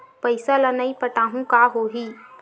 पईसा ल नई पटाहूँ का होही?